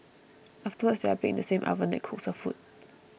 afterwards they are baked in the same oven that cooks her food